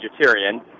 vegetarian